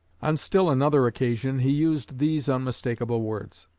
on still another occasion he used these unmistakable words